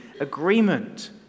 agreement